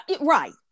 Right